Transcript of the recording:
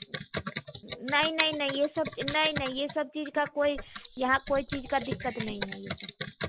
नहीं नहीं नहीं ये सब नहीं नहीं ये सब चीज का कोई यहाँ कोई चीज का दिक्कत नहीं है ये सब